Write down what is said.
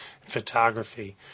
photography